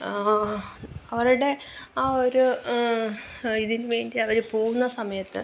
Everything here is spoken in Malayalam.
അവരുടെ ആ ഒരു ഇതിന് വേണ്ടി അവര് പോകുന്ന സമയത്ത്